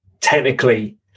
technically